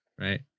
right